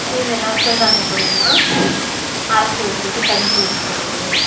இதெல்லாம் சிறுதானியம் பொருளெல்லாம் அரைச்சி வச்சிகிட்டு கஞ்சி வச்சுக்கறது